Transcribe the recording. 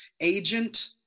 agent